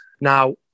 Now